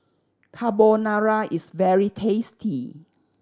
Carbonara is very tasty